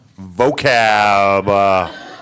Vocab